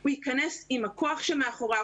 הוא יכנס עם הכוח שמאחוריו,